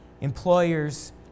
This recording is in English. Employers